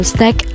Stack